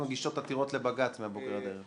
מגישות עתירות לבג"ץ מהבוקר עד הערב.